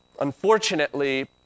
Unfortunately